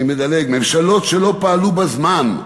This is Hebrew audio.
אני מדלג: ממשלות שלא פעלו בזמן,